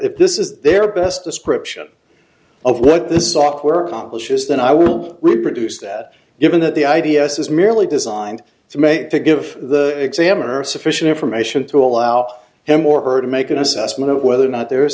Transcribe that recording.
if this is their best description of what the software publishes then i will reproduce that given that the i d s is merely designed to make to give the examiner sufficient information to allow him or her to make an assessment of whether or not there is